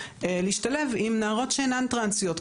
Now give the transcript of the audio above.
להשתלב עם נערות שאינן טרנסיות,